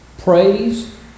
Praise